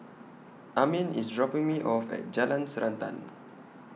Amin IS dropping Me off At Jalan Srantan